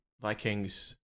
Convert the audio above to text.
Vikings